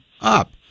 up